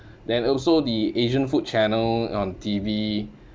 then also the asian food channel on T_V